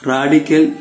Radical